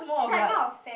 is like not a fan